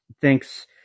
Thanks